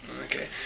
Okay